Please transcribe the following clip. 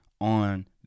on